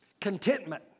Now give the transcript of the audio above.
contentment